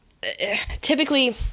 typically